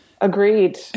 Agreed